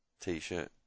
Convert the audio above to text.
T-shirt